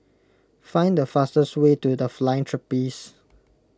find the fastest way to the Flying Trapeze